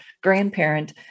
grandparent